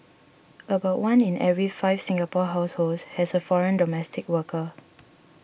about one in every five Singapore households has a foreign domestic worker